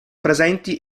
presenti